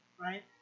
right